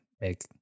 make